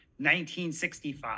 1965